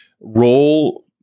role